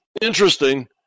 Interesting